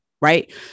Right